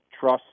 trust